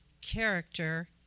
character